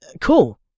cool